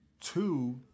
Two